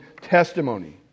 testimony